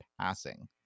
passing